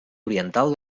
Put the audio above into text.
oriental